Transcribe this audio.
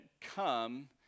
come